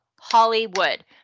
Hollywood